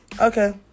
Okay